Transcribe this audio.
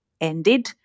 ended